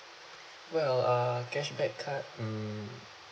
well uh cashback card mm